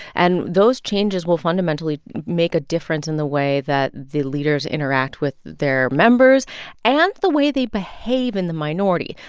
and those changes will fundamentally make a difference in the way that the leaders interact with their members and the way they behave in the minority.